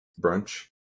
brunch